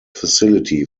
facility